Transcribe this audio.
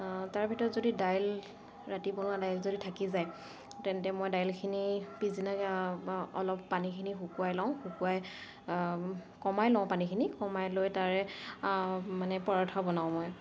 তাৰ ভিতৰত যদি দাইল ৰাতি বনোৱা দাইল যদি থাকি যায় তেন্তে মই দাইলখিনি পিছদিনা অলপ পানীখিনি শুকুৱাই লওঁ শুকুৱাই কমাই লওঁ পানীখিনি কমাই লৈ তাৰে মানে পৰঠা বনাওঁ মই